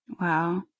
Wow